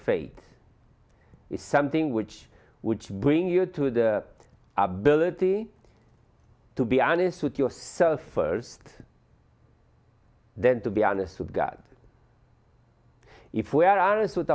is something which which bring you to the ability to be honest with yourself first then to be honest with god if we aren't with